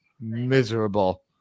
miserable